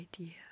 idea